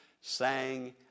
sang